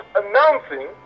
announcing